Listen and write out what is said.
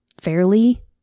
fairly